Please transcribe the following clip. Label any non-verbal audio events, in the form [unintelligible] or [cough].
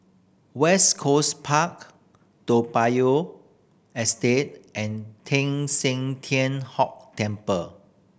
West Coast Park Toa Payoh [unintelligible] and Teng San Tian Hock Temple